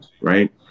Right